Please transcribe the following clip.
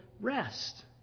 rest